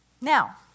Now